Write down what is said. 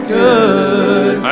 good